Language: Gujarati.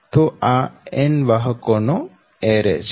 તો આ N વાહકો નો એરે છે